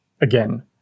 again